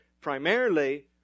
primarily